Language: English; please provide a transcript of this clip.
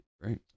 Great